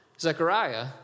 Zechariah